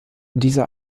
diese